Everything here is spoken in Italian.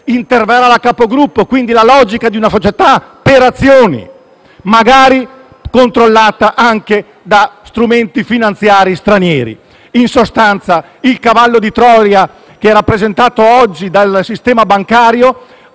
interverrà la capogruppo, con la logica di una società per azioni, magari controllata anche da strumenti finanziari stranieri. In sostanza, il cavallo di Troia rappresentato dal sistema bancario,